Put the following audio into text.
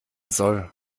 soll